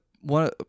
one